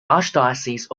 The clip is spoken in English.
archdiocese